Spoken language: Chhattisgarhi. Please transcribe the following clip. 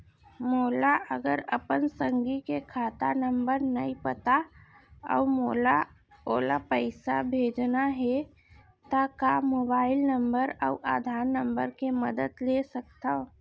मोला अगर अपन संगी के खाता नंबर नहीं पता अऊ मोला ओला पइसा भेजना हे ता का मोबाईल नंबर अऊ आधार नंबर के मदद ले सकथव?